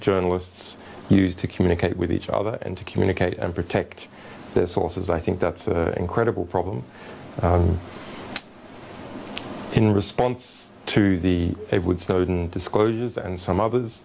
journalists use to communicate with each other and to communicate and protect their sources i think that's the incredible problem in response to the snowden disclosures and some others